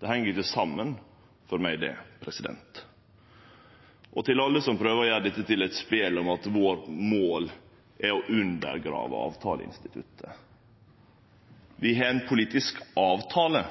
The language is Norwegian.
Det heng ikkje saman for meg, det. Til alle som prøver å gjere dette til eit spel om at målet vårt er å undergrave avtaleinstituttet: Vi har ein politisk avtale